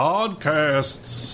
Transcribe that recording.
Podcasts